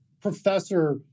professor